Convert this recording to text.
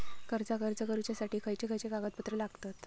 कर्जाक अर्ज करुच्यासाठी खयचे खयचे कागदपत्र लागतत